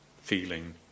feeling